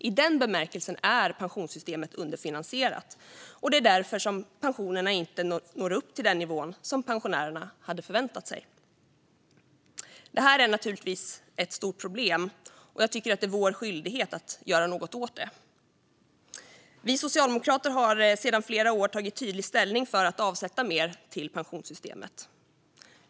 I den bemärkelsen är pensionssystemet underfinansierat, och det är därför som pensionerna inte når upp till den nivå som pensionärerna hade förväntat sig. Det är naturligtvis ett stort problem, och det är vår skyldighet att göra något åt det. Vi socialdemokrater har sedan flera år tydligt tagit ställning för att avsätta mer till pensionssystemet.